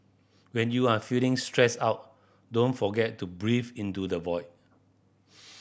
when you are feeling stressed out do't forget to breathe into the void